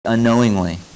Unknowingly